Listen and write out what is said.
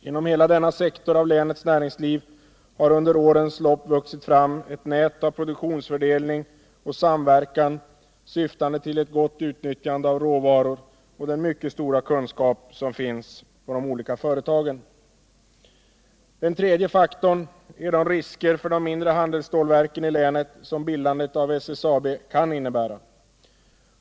Inom hela denna sektor av länets näringsliv har under årens lopp vuxit fram ett nät av produktionsfördelning och samverkan syftande till ett gott utnyttjande av råvaror och den mycket stora kunskap som finns på de olika företagen. Den tredje faktorn är de risker för de mindre handelsstålverken i länet som bildandet av SSAB kan innebära.